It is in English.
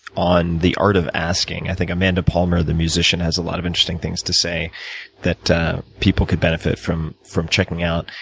on the art of asking. i think amanda palmer, the musician, has a lot of interesting things to say that people could benefit from from checking out.